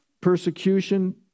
persecution